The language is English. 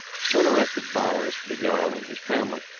soon erected bowers for the jarl and his family.